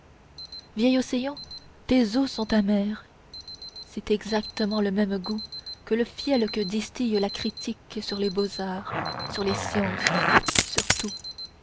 vieil océan tes eaux sont amères c'est exactement le même goût que le fiel que distille la critique sur les beaux-arts sur les sciences